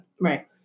right